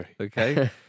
Okay